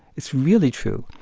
it's really true.